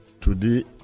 Today